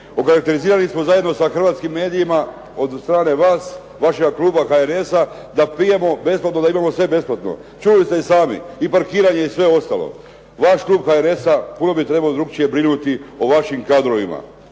Okarakterizirali smo zajedno sa hrvatskim medijima od strane vas, vašega kluba HNS-a da pijemo besplatno, da imamo sve besplatno. Čuli ste i sami i parkiranje i sve ostalo. Vaš klub HNS-a puno bi trebao drukčije brinuti o vašim kadrovima.